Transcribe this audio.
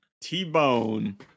t-bone